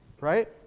right